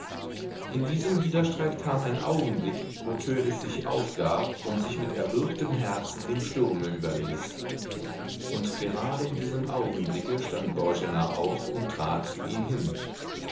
in diesem widerstreite kam ein augenblick wo törleß sich aufgab und sich mit erwürgtem herzen dem sturme überließ und gerade in diesem augenblicke stand boena auf und trat zu ihm hin